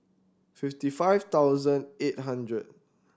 fifty five thousand eight hundred